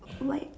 white